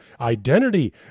identity